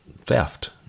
theft